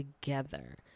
together